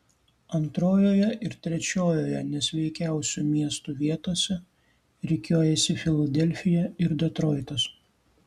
antrojoje ir trečiojoje nesveikiausių miestų vietose rikiuojasi filadelfija ir detroitas